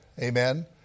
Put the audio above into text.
Amen